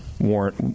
warrant